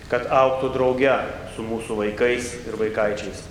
kad augtų drauge su mūsų vaikais ir vaikaičius